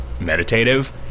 meditative